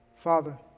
father